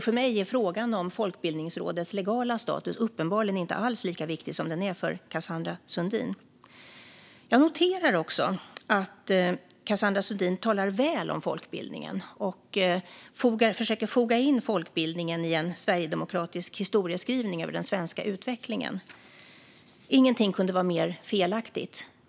För mig är frågan om Folkbildningsrådets legala status uppenbarligen inte alls lika viktig som den är för Cassandra Sundin. Jag noterar att Cassandra Sundin talar väl om folkbildningen och försöker foga in folkbildningen i en sverigedemokratisk historieskrivning över den svenska utvecklingen. Ingenting kunde vara mer felaktigt.